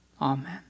Amen